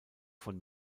von